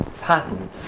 pattern